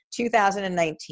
2019